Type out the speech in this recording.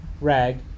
rag